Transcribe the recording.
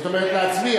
זאת אומרת להצביע?